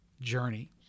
journey